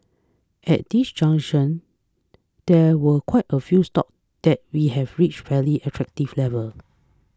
at this juncture there were quite a few stocks that we have reached fairly attractive levels